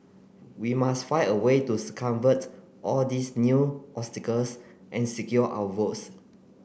we must find a way to circumvent all these new obstacles and secure our votes